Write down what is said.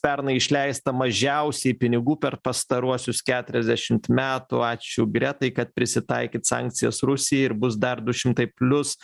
pernai išleista mažiausiai pinigų per pastaruosius keturiasdešim metų ačiū gretai kad prisitaikyt sankcijas rusijai ir bus dar du šimtai plius